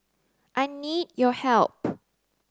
I need your help